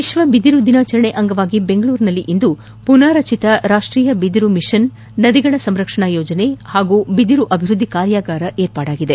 ವಿಶ್ವ ಬಿದಿರು ದಿನಾಚರಣೆ ಅಂಗವಾಗಿ ಬೆಂಗಳೂರಿನಲ್ಲಿಂದು ಮನಾರಚಿತ ರಾಷ್ಟೀಯ ಬಿದಿರು ಮಿಷನ್ ನದಿಗಳ ಸಂರಕ್ಷಣಾ ಯೋಜನೆ ಹಾಗೂ ಬಿದಿರು ಅಭಿವೃದ್ಧಿ ಕಾರ್ಯಾಗಾರ ಏರ್ಪಾಡಾಗಿದೆ